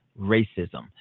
racism